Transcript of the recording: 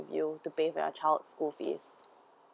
with you to pay for your child school fee